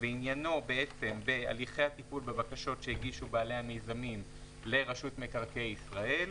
ועניינו בהליכי הטיפול בבקשות שהגישו בעלי המיזמים לרשות מקרקעי ישראל,